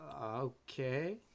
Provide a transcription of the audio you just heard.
Okay